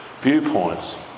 viewpoints